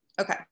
okay